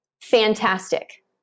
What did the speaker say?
fantastic